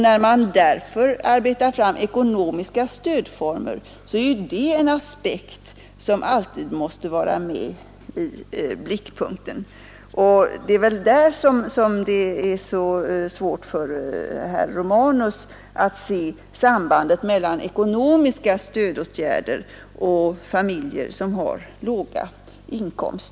När man arbetar fram ekonomiska stödformer, är det en aspekt som alltid måste vara med i blickpunkten. Men det tycks vara svårt för herr Romanus att se sambandet mellan ekonomiska stödåtgärder och låg inkomst.